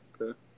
okay